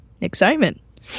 excitement